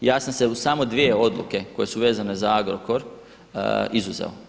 Ja sam se u samo dvije odluke koje su vezane za Agrokor izuzeo.